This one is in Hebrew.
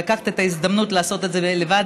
ולקחת את ההזדמנות לעשות את זה לבד,